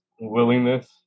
willingness